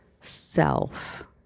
self